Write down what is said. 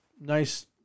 nice